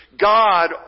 God